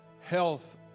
health